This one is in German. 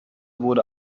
wurde